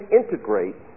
integrate